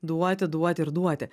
duoti duoti ir duoti